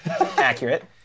Accurate